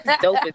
dope